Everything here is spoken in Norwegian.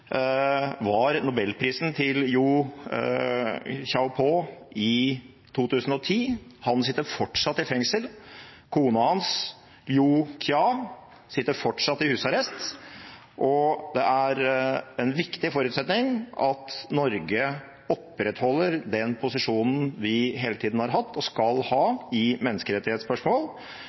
var nobelprisen til Liu Xiaobo i 2010. Han sitter fortsatt i fengsel. Kona hans, Liu Xia, sitter fortsatt i husarrest, og det er en viktig forutsetning at Norge opprettholder den posisjonen vi hele tiden har hatt og skal ha i menneskerettighetsspørsmål.